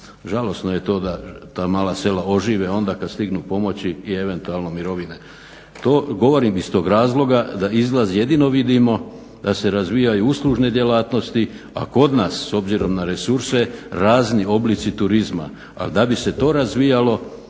Žalosno je to da ta mala sela ožive onda kad stignu pomoći i eventualno mirovine. To govorim iz tog razloga da izlaz jedino vidimo da se razvijaju uslužne djelatnosti, a kod nas s obzirom na resurse razni oblici turizma, a da bi se to razvijalo,